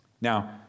Now